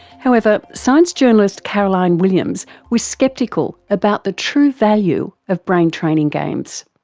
however, science journalist caroline williams was sceptical about the true value of brain training games.